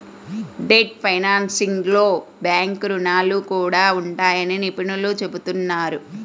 debt ఫైనాన్సింగ్లో bank రుణాలు కూడా ఉంటాయని నిపుణులు చెబుతున్నారు